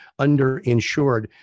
underinsured